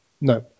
no